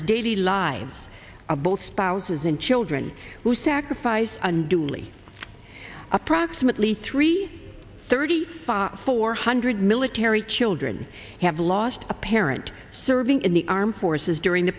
the daily lives of both spouses and children who sacrifice unduely approximately three thirty five four hundred military children have lost a parent serving in the armed forces during the